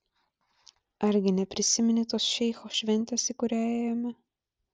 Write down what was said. argi neprisimeni tos šeicho šventės į kurią ėjome